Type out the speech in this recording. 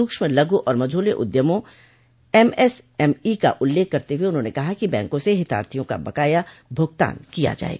सूक्ष्म लघु और मझोले उद्यमों एमएसएमई का उल्लेख करते हुये उन्होंने कहा कि बैंकों से हितार्थियों का बकाया भुगतान किया जाये